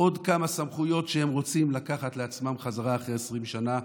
עוד כמה סמכויות שהם רוצים לקחת לעצמם בחזרה אחרי 20 שנה.